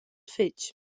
fetg